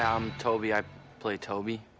i'm toby, i play toby.